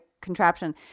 contraption